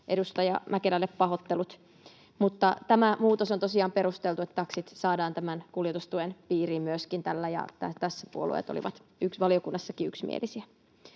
edustaja Mäkelälle pahoittelut. Tämä muutos on tosiaan perusteltu, niin että myöskin taksit saadaan tällä tämän kuljetustuen piiriin, ja tässä puolueet olivat valiokunnassakin yksimielisiä.